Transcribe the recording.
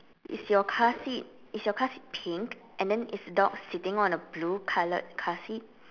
is your car seat is your car seat pink and then is the dog sitting on a blue coloured car seat